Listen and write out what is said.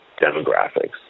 demographics